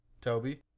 Toby